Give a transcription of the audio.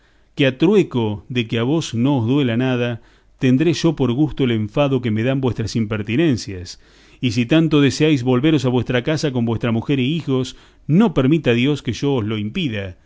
que a trueco de que a vos no os duela nada tendré yo por gusto el enfado que me dan vuestras impertinencias y si tanto deseáis volveros a vuestra casa con vuestra mujer y hijos no permita dios que yo os lo impida